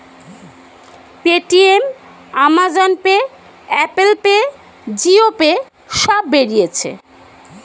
Paytm, Amazon Pay, Apple Pay, Jio Pay সব বেরিয়েছে